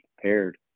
prepared